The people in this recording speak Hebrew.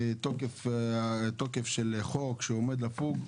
כמו תוקף של חוק שעומד לפוג,